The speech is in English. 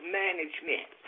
management